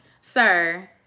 Sir